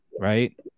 right